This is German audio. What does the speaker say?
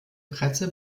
presse